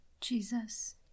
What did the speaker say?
Jesus